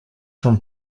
from